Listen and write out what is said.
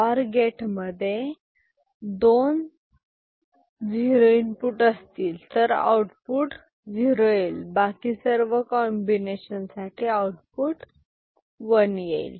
और गेटमध्ये दोन झीरो इनपुट असतील तर आउटपुट येईल बाकी सर्व कॉम्बिनेशन साठी आउटपुट वन येईल